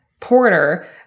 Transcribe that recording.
Porter